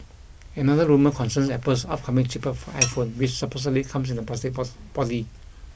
another rumour concerns Apple's upcoming cheaper iPhone which supposedly comes in a plastic body